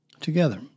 Together